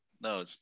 No